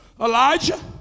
Elijah